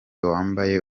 wambaye